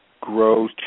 grow